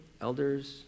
elders